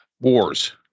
wars